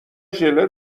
ژله